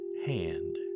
Hand